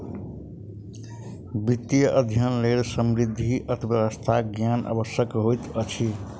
वित्तीय अध्ययनक लेल समष्टि अर्थशास्त्रक ज्ञान आवश्यक होइत अछि